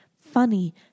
funny